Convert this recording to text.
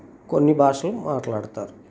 కొన్ని భాషలు మాట్లాడతారు